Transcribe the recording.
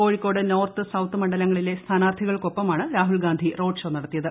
Kozhikode north south മണ്ഡലങ്ങളിലെ സ്ഥാനാർത്ഥികൾക്കൊപ്പമാണ് Rahul Gandhi roadshow നടത്തിയത്